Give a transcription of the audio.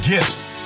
Gifts